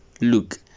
look